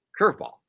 curveball